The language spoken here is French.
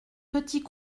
petit